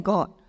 God